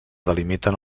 delimiten